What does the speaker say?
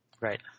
Right